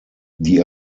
die